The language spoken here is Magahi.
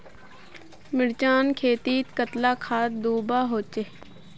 मिर्चान खेतीत कतला खाद दूबा होचे?